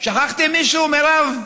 שכחתי מישהו, מרב?